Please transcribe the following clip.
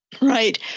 Right